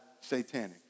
satanic